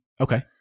Okay